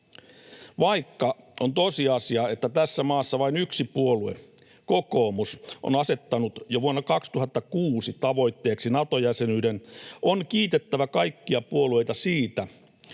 Vaikka on tosiasia, että tässä maassa vain yksi puolue, kokoomus, on asettanut jo vuonna 2006 tavoitteeksi Nato-jäsenyyden, on kiitettävä kaikkia puolueita siitä,